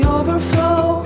Overflow